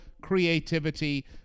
creativity